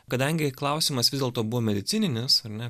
kadangi klausimas vis dėlto buvo medicininis ar ne